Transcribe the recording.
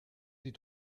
sie